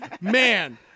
man